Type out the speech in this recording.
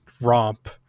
romp